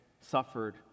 suffered